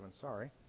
sorry